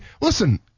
Listen